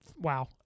wow